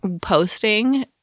posting